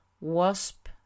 wasp